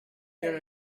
your